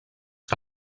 que